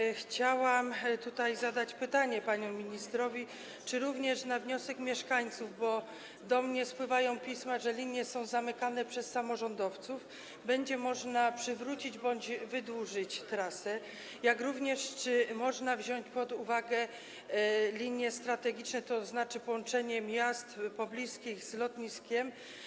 I chcę zadać pytanie panu ministrowi, czy również na wniosek mieszkańców - bo otrzymuję pisma, że linie są zamykane przez samorządowców - będzie można przywrócić bądź wydłużyć trasę, jak również czy można wziąć pod uwagę linie strategiczne, tzn. połączenie miast pobliskich z lotniskiem.